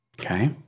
Okay